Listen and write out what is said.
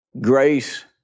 grace